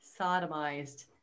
sodomized